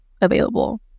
available